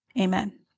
amen